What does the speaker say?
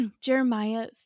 Jeremiah